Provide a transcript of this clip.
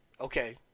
Okay